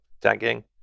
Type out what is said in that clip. tagging